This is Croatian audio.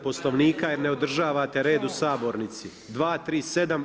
Poslovnika jer ne održavate red u sabornici, 237.